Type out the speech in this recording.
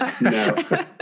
no